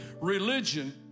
Religion